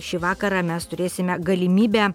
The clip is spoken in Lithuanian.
šį vakarą mes turėsime galimybę